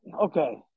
okay